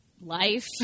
life